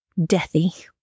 deathy